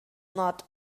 not